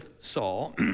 Saul